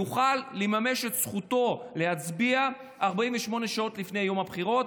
יוכל לממש את זכותו להצביע 48 שעות לפני הבחירות.